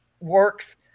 works